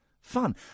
fun